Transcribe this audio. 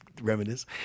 reminisce